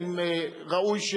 אוקיי,